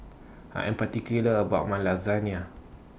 I Am particular about My Lasagne